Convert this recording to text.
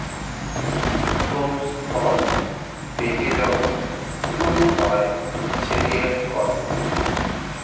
prunes ফল পেকে যখন প্লুম হয় সেটি এক ফল